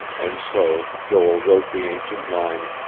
and so joel wrote the ancient line